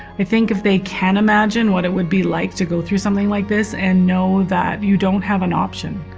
i think if they can imagine what it would be like to go through something like this and know that you don't have an option.